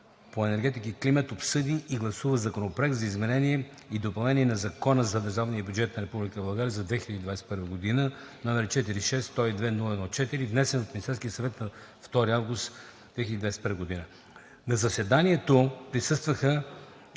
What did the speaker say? по енергетика и климат обсъди и гласува Законопроект за изменение и допълнение на Закона за държавния бюджет на Република България за 2021 г., № 46-102-01-4, внесен от Министерския съвет на 2 август 2021 г. На заседанието присъстваха